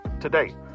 Today